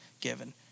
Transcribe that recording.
given